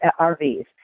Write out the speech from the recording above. RVs